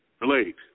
relate